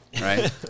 Right